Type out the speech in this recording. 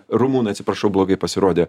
rumunai atsiprašau blogai pasirodė